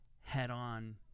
head-on